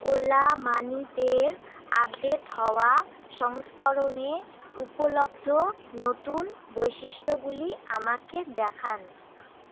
OLA মানিতে update হওয়া সংস্করণে উপলব্ধ নতুন বৈশিষ্ট্যগুলি আমাকে দেখান